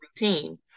routine